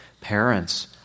Parents